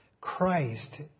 Christ